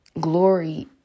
glory